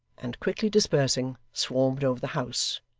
and quickly dispersing, swarmed over the house,